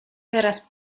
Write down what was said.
teraz